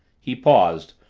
he paused,